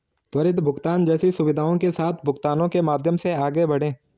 त्वरित भुगतान जैसी सुविधाओं के साथ भुगतानों के माध्यम से आगे बढ़ें